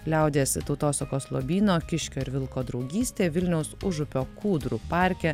liaudies tautosakos lobyno kiškio ir vilko draugystė vilniaus užupio kūdrų parke